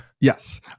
Yes